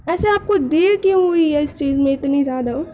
ایسے آپ کو دیر کیوں ہوئی ہے اس چیز میں اتنی زیادہ